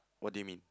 what do you mean